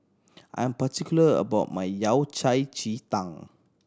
I am particular about my Yao Cai ji tang